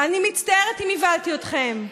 הבהלת אותנו.